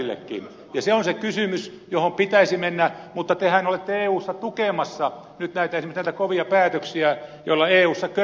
se on se kysymys johon pitäisi mennä mutta tehän olette nyt eussa tukemassa esimerkiksi näitä kovia päätöksiä joilla eussa köyhyyttä lisätään